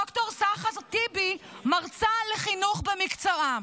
ד"ר סחר טיבי מרצה לחינוך במקצועה,